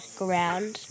ground